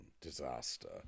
disaster